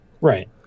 Right